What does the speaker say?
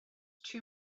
too